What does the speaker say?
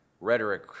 rhetoric